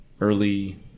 early